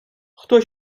хто